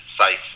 safe